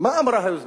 מה אמרה היוזמה?